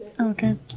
Okay